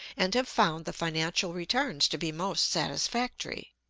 and have found the financial returns to be most satisfactory.